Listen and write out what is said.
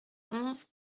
onze